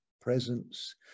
presence